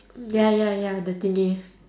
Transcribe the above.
ya ya ya the thingy